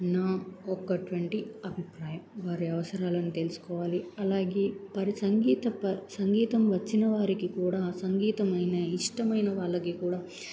నా ఒక్కట్వంటి అభిప్రాయం వారి అవసరాలను తెలుసుకోవాలి అలాగే పరి సంగీత ప సంగీతం వచ్చిన వారికి కూడా సంగీతమైన ఇష్టమైన వాళ్ళకి కూడా